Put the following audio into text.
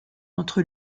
entre